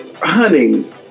hunting